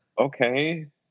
okay